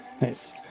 nice